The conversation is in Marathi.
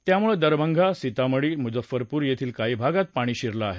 त्यामुळं दरबंगा सीतामढी आणि मुजफ्फरपूर येथील काही भागात पाणी शिरलं आहे